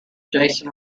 jason